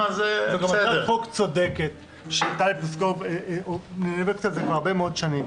זו גם הצעת חוק צודקת - טלי פלוסקוב נאבקת על זה כבר הרבה מאוד שנים